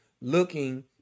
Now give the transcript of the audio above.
looking